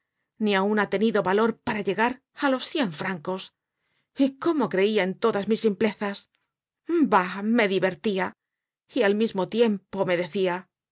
ni aun ha tenido valor para llegar á los cien francos y cómo creia en todas mis simplezas bah me divertia y al mismo tiempo me decia